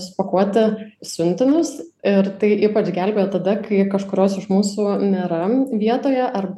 supakuoti siuntinius ir tai ypač gelbėja tada kai kažkurios iš mūsų nėra vietoje ar